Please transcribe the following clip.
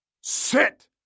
sit